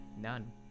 None